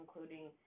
including